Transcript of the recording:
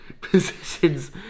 positions